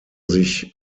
sich